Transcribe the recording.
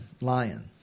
Lion